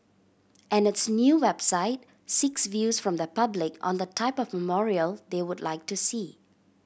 and its new website seeks views from the public on the type of memorial they would like to see